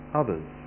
others